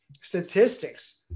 statistics